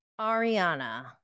Ariana